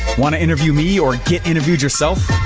want to interview me or get interviewed yourself?